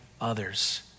others